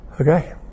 Okay